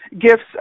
gifts